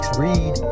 read